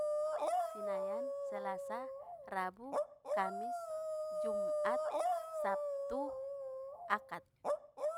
Sinayan selasa rabu kamis jumat sabtu akad.